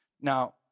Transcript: Now